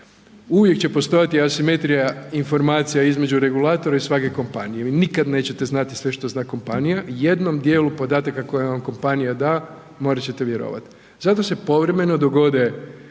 Uvijek će postojati asimetrija informacija između regulatora i svake kompanije, vi nikada nećete znati sve što zna kompanija. Jednom dijelu podataka koje vam kompanija da morat ćete vjerovat. Zato se povremeno dogode